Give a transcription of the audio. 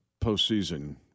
postseason